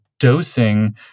dosing